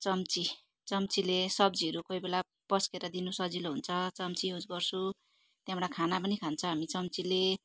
चम्ची चम्चीले सब्जीहरू कोही बेला पस्केर दिनु सजिलो हुन्छ चम्ची युज गर्छु त्यहाँबाट खाना पनि खान्छ हामी चम्चीले